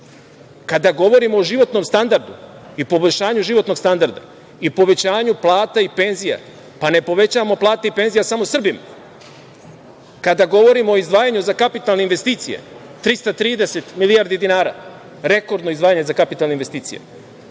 svi. Kada govorimo o životnom standardu i poboljšanju životnog standarda i povećanju plata i penzija, ne povećavamo plate i penzije samo Srbima. Kada govorimo o izdvajanju za kapitalne investicije, 330 milijardi dinara, rekordno izdvajanje za kapitalne investicije,